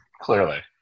Clearly